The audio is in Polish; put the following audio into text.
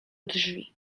drzwi